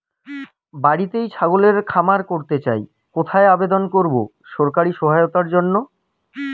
বাতিতেই ছাগলের খামার করতে চাই কোথায় আবেদন করব সরকারি সহায়তার জন্য?